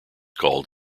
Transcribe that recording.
called